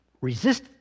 Resist